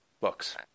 books